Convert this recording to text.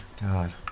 God